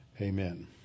Amen